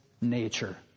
nature